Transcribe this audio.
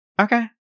Okay